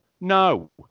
no